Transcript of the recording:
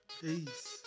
Peace